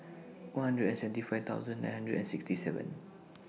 one hundred and seventy five thousand nine hundred and sixty seven